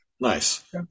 Nice